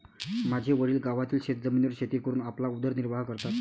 माझे वडील गावातील शेतजमिनीवर शेती करून आपला उदरनिर्वाह करतात